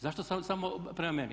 Zašto samo prema meni?